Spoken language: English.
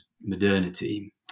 modernity